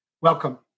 Welcome